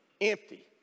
empty